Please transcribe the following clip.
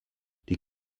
die